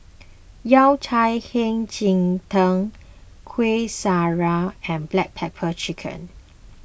Yao Cai Hei Ji Tang Kuih Syara and Black Pepper Chicken